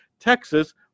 Texas